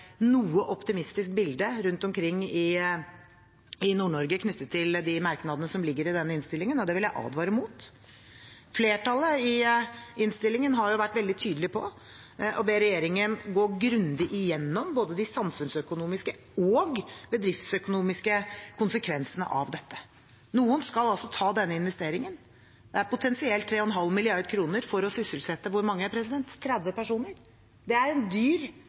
noe optimistisk bilde rundt omkring i Nord-Norge knyttet til de merknadene som står i denne innstillingen. Det vil jeg advare mot. Flertallet i innstillingen har vært veldig tydelig på å be regjeringen gå grundig igjennom både de samfunnsøkonomiske og de bedriftsøkonomiske konsekvensene av dette. Noen skal altså ta denne investeringen. Det er potensielt 3,5 mrd. kr for å sysselsette – hvor mange, president – 30 personer? Det er en